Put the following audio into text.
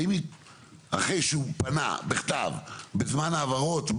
האם אחרי שהוא פנה בכתב בזמן ההבהרות,